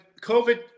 COVID